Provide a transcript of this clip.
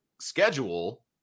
schedule